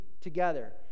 together